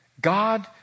God